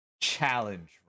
challenge